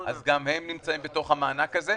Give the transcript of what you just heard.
אז גם הם נמצאים בתוך המענק הזה,